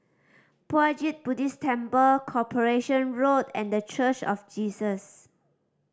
Puat Jit Buddhist Temple Corporation Road and The Church of Jesus